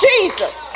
Jesus